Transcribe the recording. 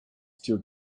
still